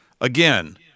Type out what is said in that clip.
Again